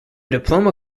diploma